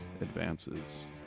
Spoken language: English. advances